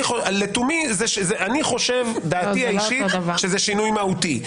אני חושב, דעתי האישית שזה שינוי מהותי.